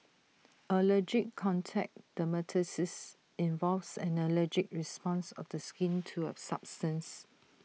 allergic contact dermatitis involves an allergic response of the skin to A substance